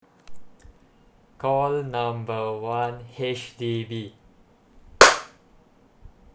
call number one H_D_B